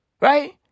Right